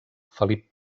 felip